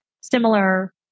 similar